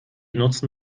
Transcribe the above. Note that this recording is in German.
nutzen